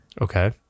Okay